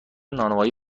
نانوایی